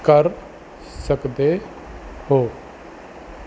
ਕਰ ਸਕਦੇ ਹੋ